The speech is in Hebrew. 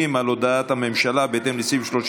של אדם על היועץ המשפטי לממשלה בזמן שהכותרת